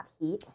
heat